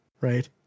right